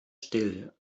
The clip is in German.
still